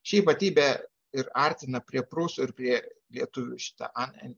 ši ypatybė ir artina prie prūsų ir prie lietuvių šita an en